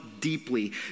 deeply